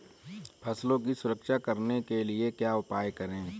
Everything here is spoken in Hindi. फसलों की सुरक्षा करने के लिए क्या उपाय करें?